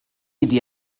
wedi